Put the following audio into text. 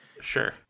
Sure